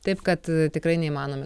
taip kad tikrai neįmanoma